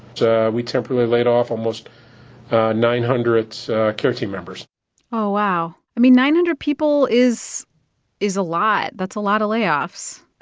we temporarily laid off almost nine hundred so care team members oh, wow. i mean, nine hundred people is is a lot. that's a lot of layoffs. i